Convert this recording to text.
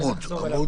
נחזור אליו